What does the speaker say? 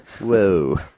whoa